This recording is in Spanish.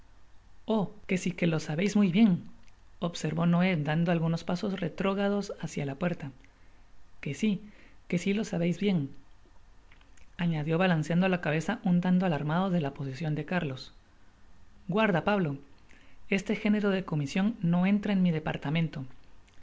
oh que si que lo sabeis muy bien observó noé dando algunos pasos retrógados hacia la puerta que si que si lo sabeis bien añadió balanceando la cabeza un tanlo alarmado de la proposicion de cárlos guarda pablo este género de comision no entra en mi departamento